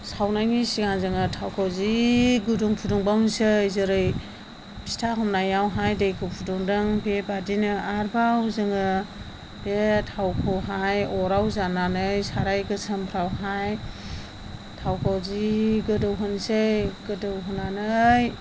सावनायनि सिगां जोङो थावखौ जि गुदुं फुदुंबावनोसै जेरै फिथा हमनायावहाय दैखौ फुदुंदों बेबादिनो आरोबाव जोङो बे थावखौहाय अराव जाननानै साराय गोसोमफ्रावहाय थावखौ जि गोदौ होनोसै गोदौ होनानै